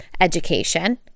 education